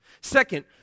Second